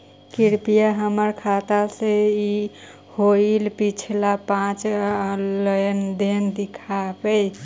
कृपा हमर खाता से होईल पिछला पाँच लेनदेन दिखाव